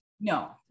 No